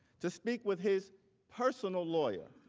to speak with his personal lawyer,